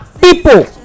people